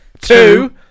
Two